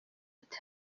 ati